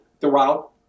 throughout